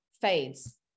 fades